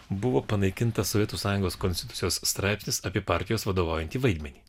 buvo panaikinta sovietų sąjungos konstitucijos straipsnis apie partijos vadovaujantį vaidmenį